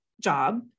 job